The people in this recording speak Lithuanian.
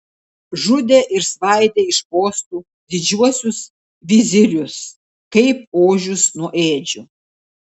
žudė ir svaidė iš postų didžiuosius vizirius kaip ožius nuo ėdžių